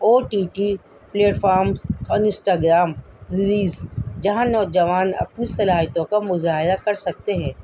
او T T platform اور Instagram reels جہاں نوجوان اپنی صلاحیتوں کا مظاہرہ کر سکتے ہیں